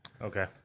Okay